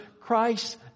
Christ